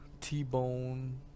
T-Bone